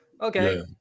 okay